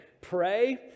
Pray